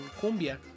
Cumbia